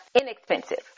inexpensive